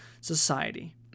society